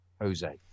Jose